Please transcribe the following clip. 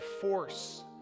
force